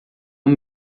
uma